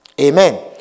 Amen